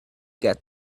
get